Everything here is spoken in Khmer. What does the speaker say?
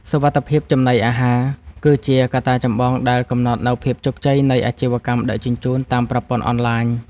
សុវត្ថិភាពចំណីអាហារ គឺជាកត្តាចម្បងដែលកំណត់នូវភាពជោគជ័យនៃអាជីវកម្មដឹកជញ្ជូនតាមប្រព័ន្ធអនឡាញ។